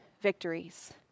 victories